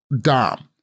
Dom